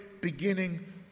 beginning